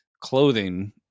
clothing